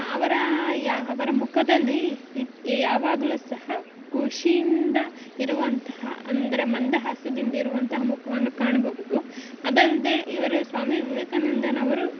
ಅವರ ಯ ಅವರ ಮುಖದಲ್ಲಿ ಇತ್ತು ಯಾವಾಗಲು ಸಹ ಖುಷಿಯಿಂದ ಇರುವಂತಹ ಅಂದರೆ ಮಂದಹಾಸದಿಂದಿರುವಂತಹ ಮುಖವನ್ನು ಕಾಣಬಹುದು ಅದಲ್ಲದೆ ಇವರು ಸ್ವಾಮಿ ವಿವೇಕಾನಂದ ಅವರು